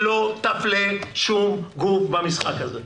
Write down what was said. שלא תפלה שום גוף במשחק הזה.